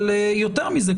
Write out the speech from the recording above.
יותר מזה,